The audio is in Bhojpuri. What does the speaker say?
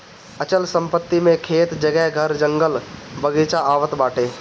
अचल संपत्ति मे खेत, जगह, घर, जंगल, बगीचा आवत बाटे